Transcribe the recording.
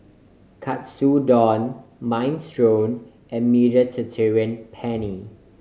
Katsudon Minestrone and Mediterranean Penne